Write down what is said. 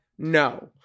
No